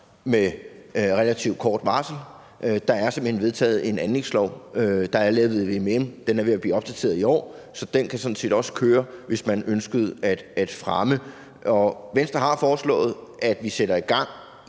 med relativt kort varsel. Der er såmænd vedtaget en anlægslov. Der er lavet vvm. Den er ved at blive opdateret i år. Så den kan sådan set også køre, hvis man ønskede at fremme det. Venstre har foreslået, at vi sætter gang